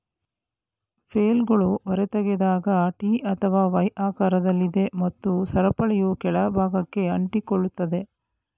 ಫ್ಲೇಲ್ಗಳು ಹೊರತೆಗೆದಾಗ ಟಿ ಅಥವಾ ವೈ ಆಕಾರದಲ್ಲಿದೆ ಮತ್ತು ಸರಪಳಿಯು ಕೆಳ ಭಾಗಕ್ಕೆ ಅಂಟಿಕೊಳ್ಳುತ್ತದೆ